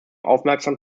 aufmerksam